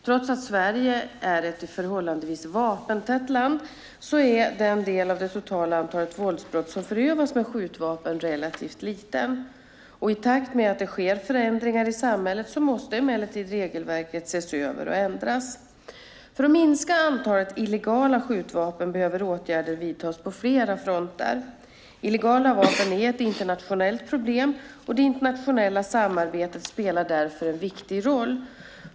Trots att Sverige är ett förhållandevis vapentätt land är den del av det totala antalet våldsbrott som förövas med skjutvapen relativt liten. I takt med att det sker förändringar i samhället måste emellertid regelverket ses över och ändras. För att minska antalet illegala skjutvapen behöver åtgärder vidtas på flera fronter. Illegala vapen är ett internationellt problem, och det internationella samarbetet spelar därför en viktig roll.